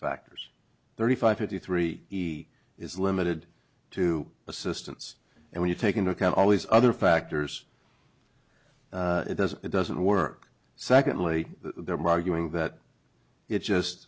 factors thirty five fifty three he is limited to assistance and when you take into account all these other factors it doesn't it doesn't work secondly there are going that it's just